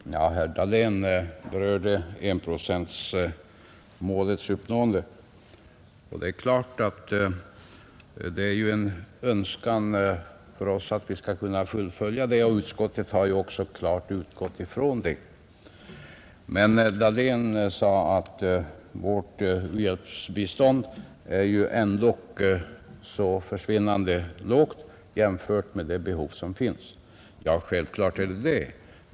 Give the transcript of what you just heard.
Herr talman! Herr Dahlén berörde enprocentsmålets uppnående. Det är klart att det är allas vår önskan att vi skall kunna fullfölja denna plan. Utskottet har också utgått från detta. Herr Dahlén sade att vårt u-hjälpsbistånd ändock är så försvinnande litet jämfört med de behov som finns. Ja, självklart är det så.